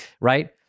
right